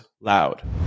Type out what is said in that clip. Loud